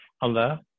Allah